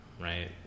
right